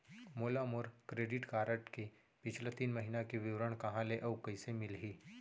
मोला मोर credit card के पिछला तीन महीना के विवरण कहाँ ले अऊ कइसे मिलही?